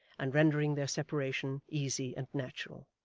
and rendering their separation easy and natural.